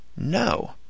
No